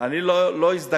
אני לא הזדקקתי